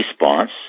response